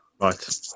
right